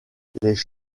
les